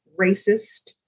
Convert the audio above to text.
racist